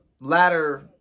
latter